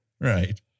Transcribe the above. Right